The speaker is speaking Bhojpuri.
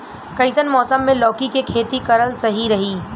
कइसन मौसम मे लौकी के खेती करल सही रही?